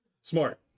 smart